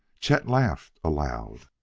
chet laughed aloud.